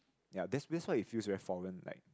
ya that's that's why it feels very foreign like